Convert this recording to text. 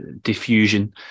diffusion